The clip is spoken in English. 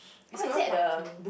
is Korean Barbecue